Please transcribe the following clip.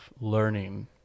learning